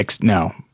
no